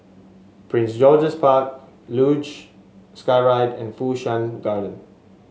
Prince George's Park Luge Skyride and Fu Shan Garden